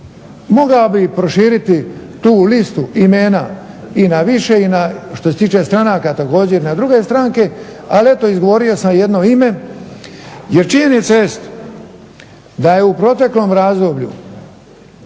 Mogao bih proširiti tu listu imena i na više i na što se tiče stranaka također i na druge stranke. Ali eto izgovorio sam jedno ime, jer činjenica jest da je u proteklom razdoblju,